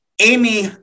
Amy